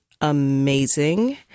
amazing